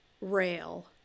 rail